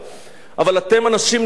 אבל אתם אנשים נבונים.